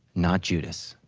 not judas.